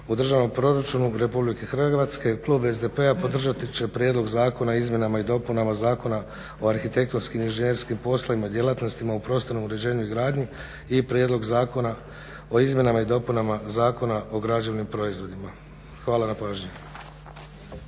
u Državnom proračunu Republike Hrvatske Klub SDP-a podržati će Prijedlog zakona o izmjenama i dopunama Zakona o arhitektonskim inženjerskim poslovima i djelatnostima u prostornom uređenju i gradnji i Prijedlog zakona o izmjenama i dopunama Zakona o građevnim proizvodima. Hvala na pažnji.